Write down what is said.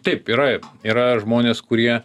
taip yra yra žmonės kurie